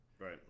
Right